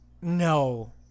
No